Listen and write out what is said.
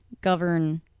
govern